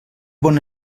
bon